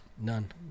None